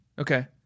Okay